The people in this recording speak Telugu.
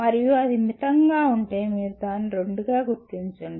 మరియు అది మితంగా ఉంటే మీరు 2 గా గుర్తించండి